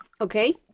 okay